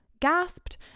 gasped